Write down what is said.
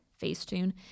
Facetune